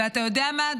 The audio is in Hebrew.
ואתה יודע מה,